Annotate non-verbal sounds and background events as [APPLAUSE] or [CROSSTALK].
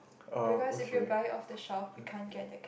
oh okay [BREATH]